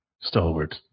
stalwart